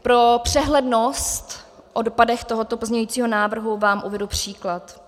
Pro přehlednost, o dopadech tohoto pozměňujícího návrhu vám uvedu příklad.